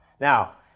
Now